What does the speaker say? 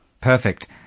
Perfect